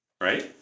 right